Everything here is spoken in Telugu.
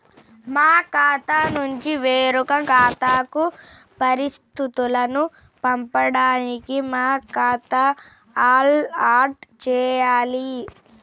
మా ఖాతా నుంచి వేరొక ఖాతాకు పరిస్థితులను పంపడానికి మా ఖాతా ఎలా ఆడ్ చేయాలి?